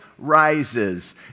rises